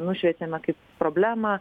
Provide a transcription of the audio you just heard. nušviečiame kaip problemą